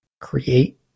create